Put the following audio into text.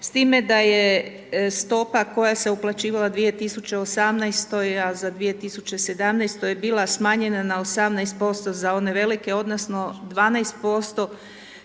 s time da je stopa koja se uplaćivala u 2018-oj, a za 2017-u je bila smanjena na 18% za one velike odnosno 12%